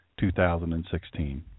2016